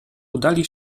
udali